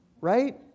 right